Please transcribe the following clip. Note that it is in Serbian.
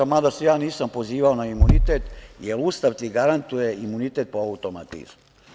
Mada, ja se nisam pozivao na imunitet, jer Ustav ti garantuje imunitet po automatizmu.